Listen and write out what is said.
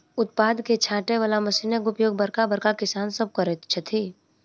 उत्पाद के छाँटय बला मशीनक उपयोग बड़का बड़का किसान सभ करैत छथि